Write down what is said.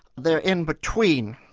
they're in between'.